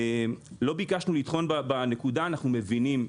אנחנו מבינים,